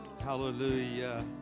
Hallelujah